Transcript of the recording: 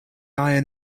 iron